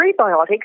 prebiotics